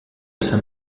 saint